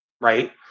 right